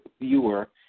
Viewer